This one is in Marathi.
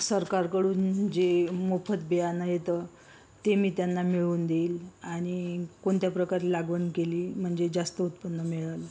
सरकारकडून जी मोफत बियाणं येतं ती मी त्यांना मिळवून देईल आणि कोनत्या प्रकारे लागवड केली म्हणजे जास्त उत्पन्न मिळेल